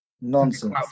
nonsense